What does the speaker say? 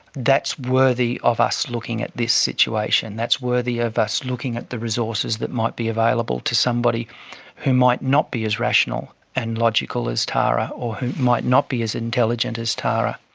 that's worthy of us looking at this situation, that's worthy of us looking at the resources that might be available to somebody who might not be as rational and logical as tara or who might not be as intelligent as tara.